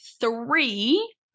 Three